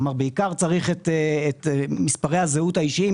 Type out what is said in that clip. בעיקר צריך את מספרי הזהות האישיים.